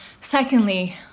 Secondly